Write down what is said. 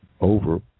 over